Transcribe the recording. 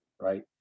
right